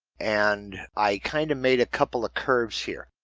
and i kind of made a couple of curves here.